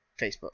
Facebook